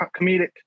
comedic